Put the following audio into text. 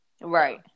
right